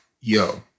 Yo